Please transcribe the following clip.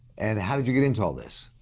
and how did you get into all this?